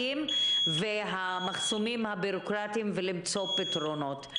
והמחסומים הבירוקרטיים ולמצוא פתרונות.